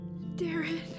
Darren